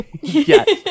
Yes